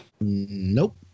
Nope